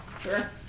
Sure